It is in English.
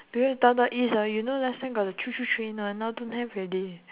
previous downtown east ah you know last time got the choo choo train one now don't have already